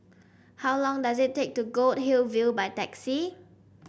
how long does it take to go to Goldhill View by taxi